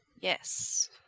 Yes